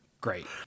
Great